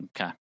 Okay